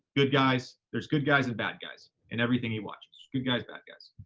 good guys. there's good guys and bad guys in everything he watches. good guys. bad guys.